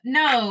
no